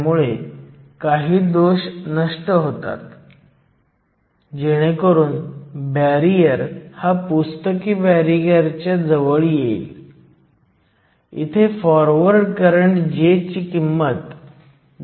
मी फक्त हे बरोबर काढतो हे 297 आहे Jso किंवा Jso 373 केल्विन भागिले Jso 297 केल्विन शिवाय काहीही नाही